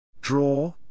Draw